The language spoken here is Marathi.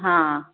हां